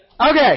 Okay